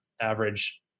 average